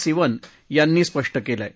सिवन यांनी स्पष्ट केलं आहे